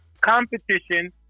competition